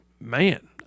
man